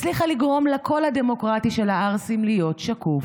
הצליחה לגרום לקול הדמוקרטי של הערסים להיות שקוף,